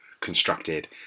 constructed